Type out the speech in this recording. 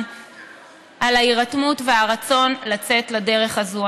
על ההירתמות ועל הרצון לצאת לדרך הזאת.